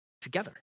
together